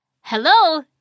Hello